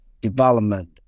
development